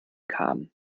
kamen